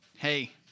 Hey